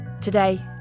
Today